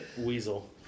weasel